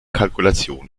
kalkulation